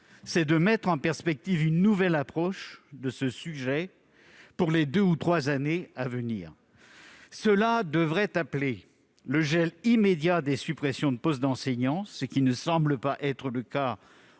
c'est mettre en perspective une nouvelle approche du sujet pour les deux ou trois années à venir. Cela devrait appeler le gel immédiat des suppressions de postes d'enseignants, ce qui ne semble pas être le cas